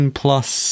plus